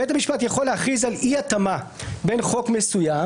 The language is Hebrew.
בית המשפט יכול להכריז על אי-התאמה בין חוק מסוים